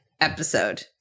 episode